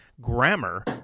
grammar